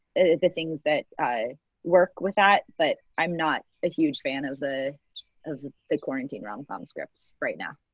the things that i work with that but i'm not a huge fan of the of the quarantine rom-com scripts right now.